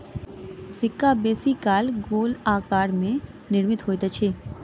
सिक्का बेसी काल गोल आकार में निर्मित होइत अछि